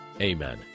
Amen